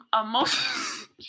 Emotion